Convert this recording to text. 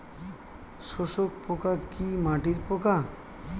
শোষক পোকা কি মাটির পোকা?